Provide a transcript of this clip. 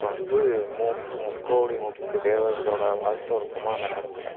இப்போ வந்து முக் முக்கோடி முக்கு தேவர்களோடய வாழ்த்தும் இருக்குமாம் அந்த நேரத்தில்